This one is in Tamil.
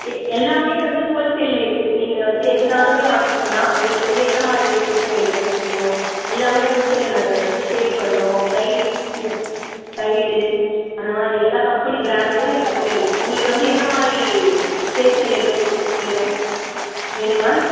எ எல்லாமே வந்து ஹோல்சேலில் இருக்குது நீங்கள் வந்து எதுனாலுமே வாங்கிக்கலாம் உங்களுக்கு வந்து என்ன மாதிரி ஸ்டேஷனரி ஐட்டம்ஸ் வேணும் எல்லாமே ஹோல்சேலில் நாங்கள் வந்து சேல் பண்ணுறோம் டைரிஸ் புக்ஸ் கைடு அந்த மாதிரி எல்லா கம்பெனி ப்ராண்டடும் எங்கள் கிட்ட இருக்குது உங்களுக்கு வந்து எந்த மாதிரி ஸ்டேஷனரி ஐட்டம் வேணும் வேணும் மேம்